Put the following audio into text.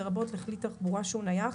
לרבות לכלי תחבורה כשהוא נייח,